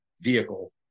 vehicle